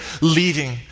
leaving